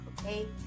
okay